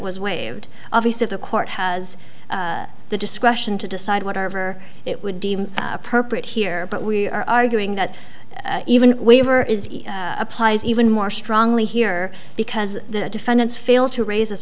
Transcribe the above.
was waived obviously the court has the discretion to decide whatever it would deem appropriate here but we are arguing that even waiver is applies even more strongly here because the defendants failed to raise this